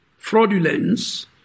fraudulence